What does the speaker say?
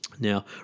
Now